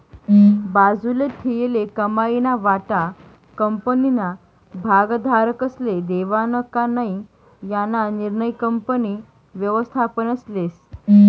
बाजूले ठीयेल कमाईना वाटा कंपनीना भागधारकस्ले देवानं का नै याना निर्णय कंपनी व्ययस्थापन लेस